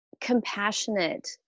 compassionate